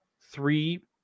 three